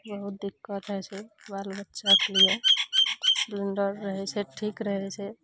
बहुत दिक्कत होइ छै बाल बच्चा के लिये सिलिंडर रहय छै ठीक रहय छै